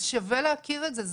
שווה להכיר את זה.